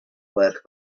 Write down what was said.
work